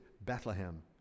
Bethlehem